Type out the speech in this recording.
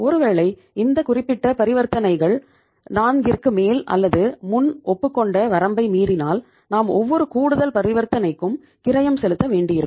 ஒருவேளை இந்த குறிப்பிட்ட பரிவர்த்தனைகள் நான்கிற்கு மேல் அல்லது முன் ஒப்புக்கொண்ட வரம்பை மீறினால் நாம் ஒவ்வொரு கூடுதல் பரிவர்த்தனைக்கும் கிரயம் செலுத்த வேண்டியிருக்கும்